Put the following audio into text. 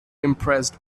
impressed